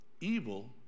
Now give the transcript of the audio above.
evil